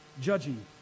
judging